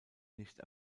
nicht